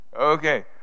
okay